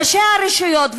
ראשי הרשויות,